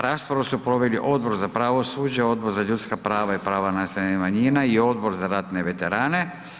Raspravu su proveli Odbor za pravosuđe, Odbor za ljudska prava i prava nacionalnih manjina i Odbor za ratne veterane.